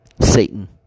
Satan